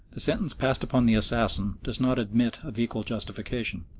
the sentence passed upon the assassin does not admit of equal justification.